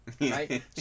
right